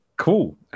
Cool